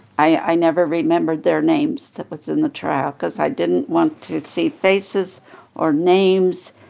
i never remembered their names that was in the trial because i didn't want to see faces or names,